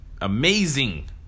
amazing